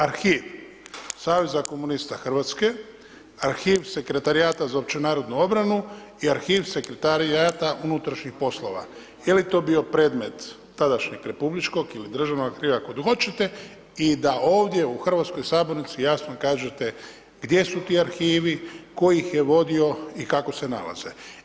Arhiv Saveza komunista Hrvatske, arhiv Sekretarijata za opće narodnu obranu i arhiv Sekretarijata unutrašnjih poslova, je li to bio predmet tadašnjeg republičkog ili državnog arhiva, kako god hoćete i da ovdje u hrvatskoj sabornici jasno kažete gdje su ti arhivi, tko ih je vodio i kako se nalaze?